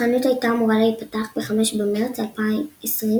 החנות הייתה אמורה להיפתח ב-5 במרץ 2020,